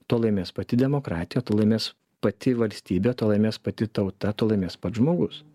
tuo laimės pati demokratija tuo laimės pati valstybė tuo laimės pati tauta tuo laimės pats žmogus